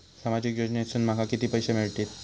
सामाजिक योजनेसून माका किती पैशे मिळतीत?